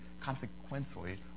consequently